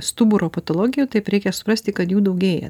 stuburo patologijų taip reikia suprasti kad jų daugėja